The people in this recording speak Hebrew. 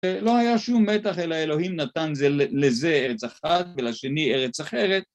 לא היה שום מתח, אלא אלוהים נתן לזה ארץ אחת ולשני ארץ אחרת.